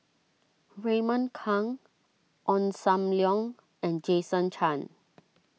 Raymond Kang Ong Sam Leong and Jason Chan